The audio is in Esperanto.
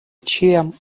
ĉiam